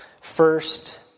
First